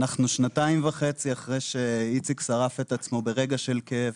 אנחנו שנתיים וחצי אחרי שאיציק שרף את עצמו ברגע של כאב,